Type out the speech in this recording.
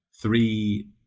three